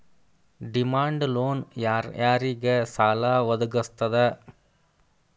Demand loan ಯಾರ್ ಯಾರಿಗ್ ಸಾಲಾ ವದ್ಗಸ್ತದ?